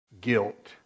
Guilt